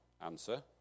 Answer